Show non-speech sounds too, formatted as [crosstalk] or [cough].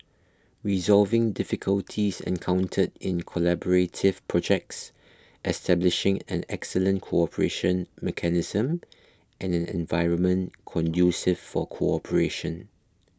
resolving difficulties encountered in collaborative projects establishing an excellent cooperation mechanism and an environment [unintelligible] for cooperation